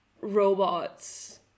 robots